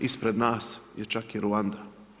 Ispred nas je čak i Ruanda.